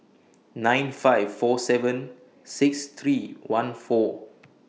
nine five four seven six three one four